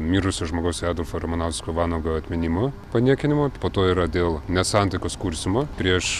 mirusio žmogaus adolfo ramanausko vanago atminimo paniekinimo po to yra dėl nesantaikos kurstymo prieš